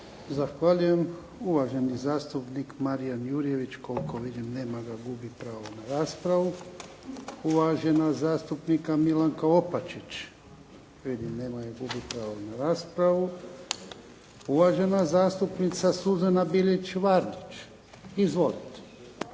Zahvaljujem. Uvaženi zastupnik Marijan Jurjević, koliko vidim nema ga. Gubi pravo na raspravu. Uvažena zastupnica Milanka Opačić. Vidim nema je. Gubi pravo na raspravu. Uvažena zastupnica Suzana Bilić Vardić. Izvolite.